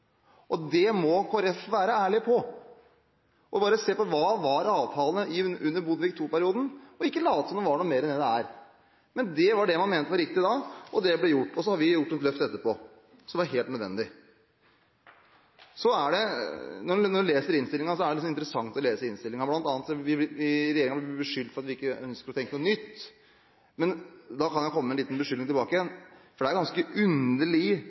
faktum. Det må Kristelig Folkeparti være ærlige på, og bare se på de avtalene som var under Bondevik II-perioden, og ikke late som om det var noe mer enn det det er. Det var det man mente var riktig da, og det ble gjort. Så har vi gjort noen løft etterpå, som har vært helt nødvendige. Det er interessant å lese innstillingen. Regjeringen har bl.a. blitt beskyldt for at vi ikke ønsker å tenke nytt. Men da kan jeg komme med en liten beskyldning tilbake. For det er ganske underlig